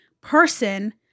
person